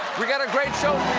we've got a great show